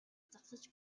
зогсож